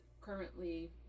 currently